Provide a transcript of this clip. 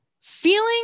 Feeling